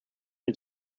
mit